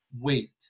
Wait